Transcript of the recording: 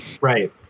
Right